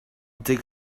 dig